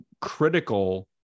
critical